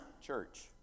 church